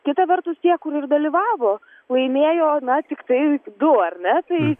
kita vertus tie kur ir dalyvavo laimėjo na tiktai du ar ne tai